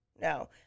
no